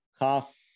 half